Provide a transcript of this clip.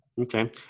Okay